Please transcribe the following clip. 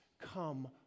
come